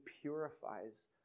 purifies